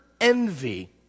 envy